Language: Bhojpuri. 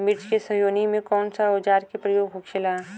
मिर्च के सोहनी में कौन सा औजार के प्रयोग होखेला?